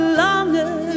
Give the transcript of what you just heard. longer